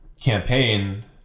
campaign